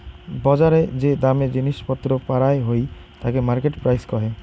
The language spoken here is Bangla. বজারে যে দামে জিনিস পত্র পারায় হই তাকে মার্কেট প্রাইস কহে